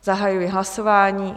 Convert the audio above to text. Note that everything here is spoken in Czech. Zahajuji hlasování.